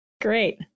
great